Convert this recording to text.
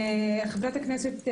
חברת הכנסת מירב,